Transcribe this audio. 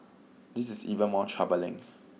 this is even more troubling